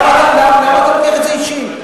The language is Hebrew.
למה אתה לוקח את זה אישי?